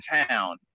town